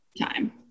time